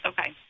Okay